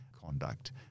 conduct